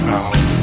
out